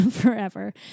Forever